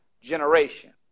generation